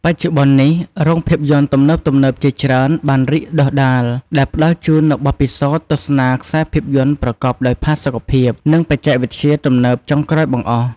បច្ចុប្បន្ននេះ រោងភាពយន្តទំនើបៗជាច្រើនបានរីកដុះដាល ដែលផ្តល់ជូននូវបទពិសោធន៍ទស្សនាខ្សែភាពយន្តប្រកបដោយផាសុកភាព និងបច្ចេកវិទ្យាទំនើបចុងក្រោយបង្អស់។